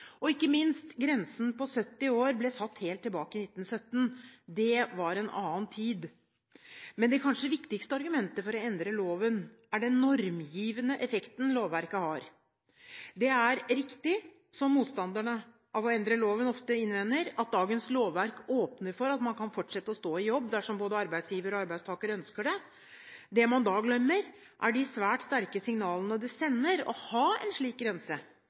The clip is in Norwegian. Og ikke minst: Grensen på 70 år ble satt helt tilbake i 1917. Det var en annen tid. Men det kanskje viktigste argumentet for å endre loven er den normgivende effekten lovverket har. Det er riktig, som motstanderne av å endre loven ofte innvender, at dagens lovverk åpner for at man kan fortsette å stå i jobb dersom både arbeidsgiver og arbeidstaker ønsker det. Det man da glemmer, er de svært sterke signalene det sender å ha en slik grense.